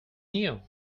knew